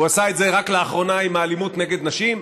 הוא עשה את זה רק לאחרונה עם האלימות נגד נשים.